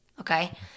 Okay